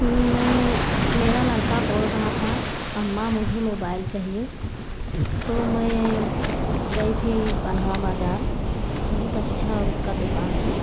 मैं मेरा लड़का बोल रहा था अम्मा मुझे मोबाइल चाहिए तो मैं गई थी बन्ह्वा बाज़ार बहुत अच्छी उसकी दुकान थी